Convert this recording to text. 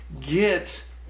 get